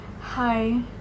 Hi